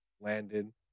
Landon